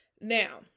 Now